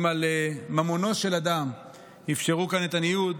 אם על ממונו של אדם אפשרו כאן את הניוד,